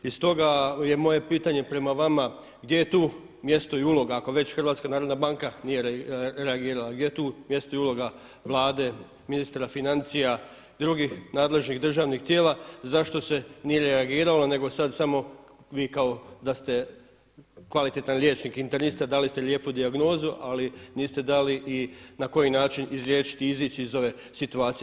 I stoga je moje pitanje prema vama gdje je tu mjesto i uloga, ako već HNB nije reagirala, gdje je tu mjesto i uloga Vlade, ministra financija, drugih nadležnih državnih tijela, zašto se nije reagiralo, nego sad samo vi kao da ste kvalitetan liječnik, internista dali ste lijepu dijagnozu ali niste dali i na koji način izliječiti, izići iz ove situacije.